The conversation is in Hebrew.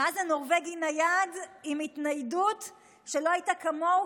מה זה נורבגי נייד, עם התניידות שלא הייתה כמוה.